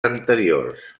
anteriors